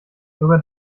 sogar